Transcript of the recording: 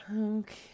Okay